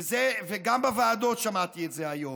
וגם בוועדות שמעתי את זה היום,